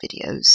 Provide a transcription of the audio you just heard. videos